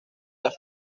las